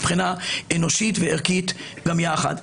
מבחינה אנושית וערכית יחד.